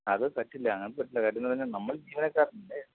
അത് പറ്റില്ല അത് പറ്റില്ല തരുന്നതിന് നമ്മൾ ജീവനക്കാരനല്ലേ